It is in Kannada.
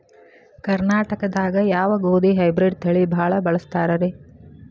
ಕರ್ನಾಟಕದಾಗ ಯಾವ ಗೋಧಿ ಹೈಬ್ರಿಡ್ ತಳಿ ಭಾಳ ಬಳಸ್ತಾರ ರೇ?